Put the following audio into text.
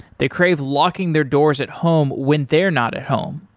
they crave locking their doors at home when they're not at home.